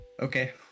Okay